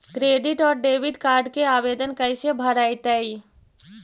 Credit और debit card के आवेदन कैसे भरैतैय?